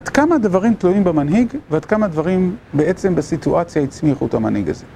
עד כמה דברים תלויים במנהיג, ועד כמה דברים בעצם בסיטואציה הצמיחו את המנהיג הזה.